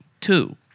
two